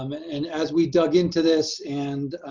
um and as we dug into this and